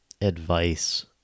advice